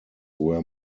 were